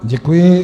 Děkuji.